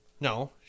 No